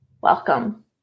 welcome